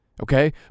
Okay